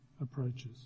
approaches